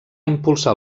impulsar